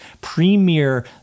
premier